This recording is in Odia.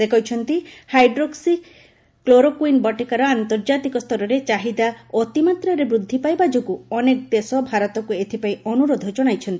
ସେ କହିଛନ୍ତି ହାଇଡ୍ରୋକ୍ୱି କ୍ଲୋରୋକୁଇନ୍ ବଟିକାର ଆନ୍ତର୍ଜାତିକ ସ୍ତରରେ ଚାହିଦା ଅତିମାତ୍ରାରେ ବୃଦ୍ଧିପାଇବା ଯୋଗୁଁ ଅନେକ ଦେଶ ଭାରତକୁ ଏଥିପାଇଁ ଅନୁରୋଧ ଜଣାଇଛନ୍ତି